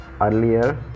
earlier